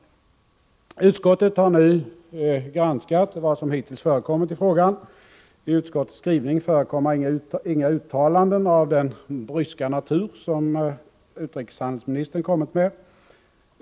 Utskottet har nu granskat vad som hittills har förekommit i frågan. I utskottets skrivning förekommer inga uttalanden av den bryska natur som utrikeshandelsministern gjort.